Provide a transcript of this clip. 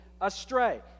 astray